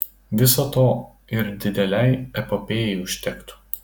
viso to ir didelei epopėjai užtektų